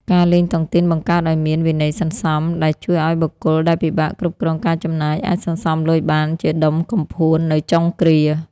ការលេងតុងទីនបង្កើតឱ្យមាន "វិន័យសន្សំ" ដែលជួយឱ្យបុគ្គលដែលពិបាកគ្រប់គ្រងការចំណាយ អាចសន្សំលុយបានជាដុំកំភួននៅចុងគ្រា។